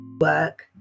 Work